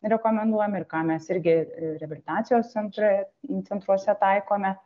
rekomenduojam ir ką mes irgi reabilitacijos centre centruose taikome